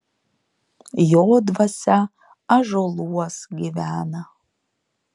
jo dvasia ąžuoluos gyvena